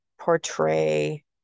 portray